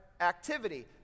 activity